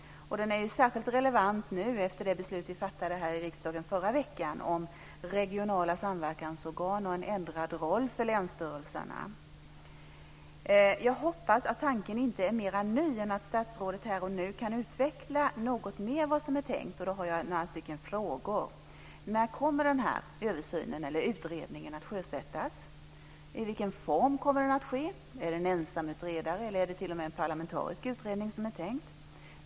Den är ju särskilt relevant nu efter det beslut vi fattade här i riksdagen förra veckan om regionala samverkansorgan och en ändrad roll för länsstyrelserna. Jag hoppas att tanken inte är mera ny än att statsrådet här och nu kan utveckla något mer vad som är tänkt, och jag har några frågor: När kommer den här översynen eller utredningen att sjösättas? I vilken form kommer den att ske; är det en ensamutredare eller t.o.m. en parlamentarisk utredning som är tänkt?